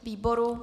Výboru?